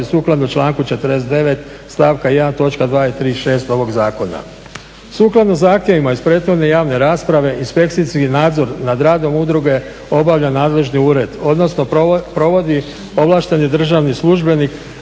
sukladno članku 49. stavka 1. točka 2., 3. i 6. ovog zakona. Sukladno zahtjevima iz prethodne javne rasprave, inspekcijski nadzor nad radom udruge obavlja nadležni ured, odnosno provodi ovlašteni državni službenik